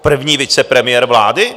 První vicepremiér vlády?